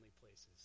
places